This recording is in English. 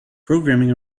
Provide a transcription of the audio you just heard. programming